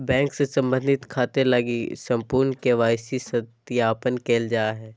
bank से संबंधित खाते लगी संपूर्ण के.वाई.सी सत्यापन करल जा हइ